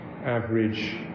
average